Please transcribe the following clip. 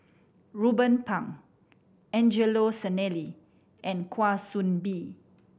Ruben Pang Angelo Sanelli and Kwa Soon Bee